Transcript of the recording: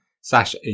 slash